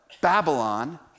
Babylon